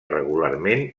regularment